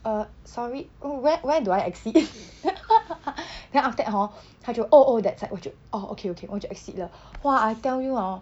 uh sorry mm where where do I exit then after that hor 他就 oh oh that side 我就 orh okay okay 我就 exit 了 !wah! I tell you hor